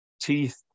teeth